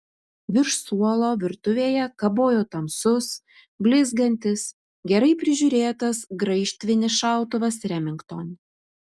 virš suolo virtuvėje kabojo tamsus blizgantis gerai prižiūrėtas graižtvinis šautuvas remington